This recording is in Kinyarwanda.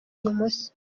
ibumoso